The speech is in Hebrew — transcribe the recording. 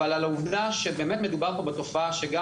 אבל העובדה שבאמת מדובר פה על תופעה שגם